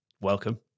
Welcome